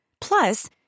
Plus